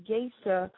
Geisha